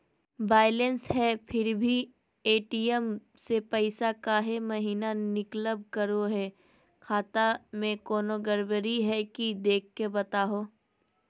Balance है फिर भी भी ए.टी.एम से पैसा काहे महिना निकलब करो है, खाता में कोनो गड़बड़ी है की देख के बताहों?